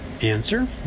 Answer